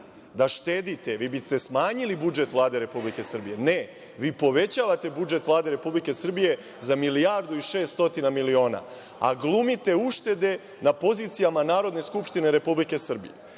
da štedite, vi biste smanjili budžet Vlade Republike Srbije. Ne, vi povećavate budžet Vlade Republike Srbije za milijardu i 600 miliona, a glumite uštede na pozicijama Narodne skupštine Republike Srbije. Sama